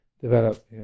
develop